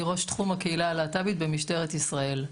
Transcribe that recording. אני ראש תחום הקהילה הלהט"בית במשטרת ישראל,